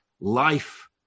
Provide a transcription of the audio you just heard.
life